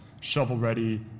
shovel-ready